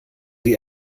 die